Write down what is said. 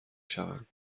شوند